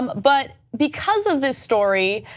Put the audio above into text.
um but because of this story,